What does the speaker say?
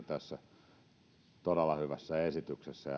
tässä todella hyvässä esityksessä